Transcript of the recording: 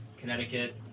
connecticut